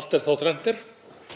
allt er þá þrennt